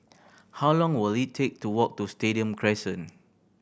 how long will it take to walk to Stadium Crescent